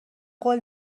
قول